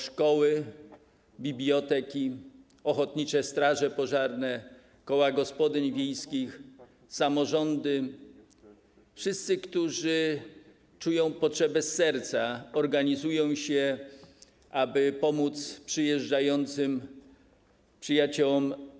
Szkoły, biblioteki, ochotnicze straże pożarne, koła gospodyń wiejskich, samorządy - wszyscy, którzy czują potrzebę serca, organizują się, aby pomóc przyjeżdżającym z Ukrainy przyjaciołom.